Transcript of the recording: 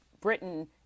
britain